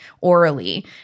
orally